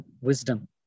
wisdom